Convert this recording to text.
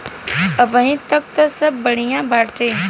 अबहीं तक त सब बढ़िया बाटे